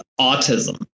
autism